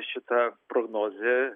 šita prognozė